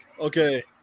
Okay